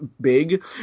big